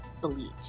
Bleach